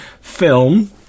film